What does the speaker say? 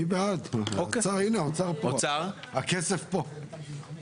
אני בעד, הנה האוצר פה, הכסף פה.